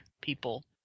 people